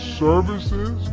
services